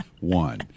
One